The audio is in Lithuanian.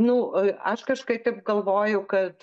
nu aš kažkaip taip galvoju kad